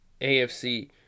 AFC